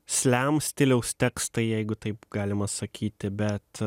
slem stiliaus tekstai jeigu taip galima sakyti bet